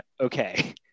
okay